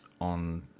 on